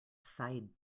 side